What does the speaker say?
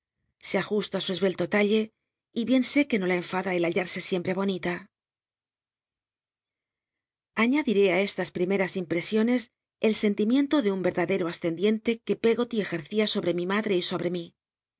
se aju ta su esbelto talle y bien sé c ue no la enfada el hallarse siempre bonita aiía liré á estas primcras impr'c iones el sentimiento de un yerdadero ascendiente que pcggoty cjcn ia sobre mi madte y sobre mi